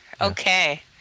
okay